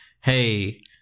hey